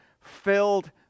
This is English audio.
filled